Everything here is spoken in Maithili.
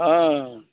हँ